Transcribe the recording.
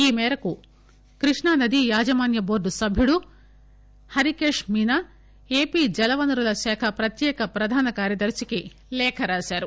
ఈ మేరకు కృష్ణానదీ యాజమాన్య బోర్డు సభ్యుడు హరికేష్ మీనా ఏపీ జలవనరుల శాఖ ప్రత్యేక ప్రధాన కార్యదర్పికి లేఖ రాశారు